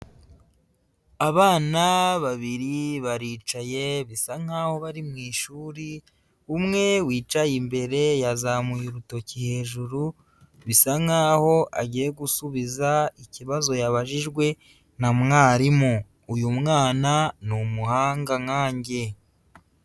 Abana babiri baricaye bisa nkaho bari mu ishuri, umwe wicaye imbere yazamuye urutoki hejuru bisa nkaho agiye gusubiza ikibazo yabajijwe na mwarimu, uyu mwana ni umuhanga nkange.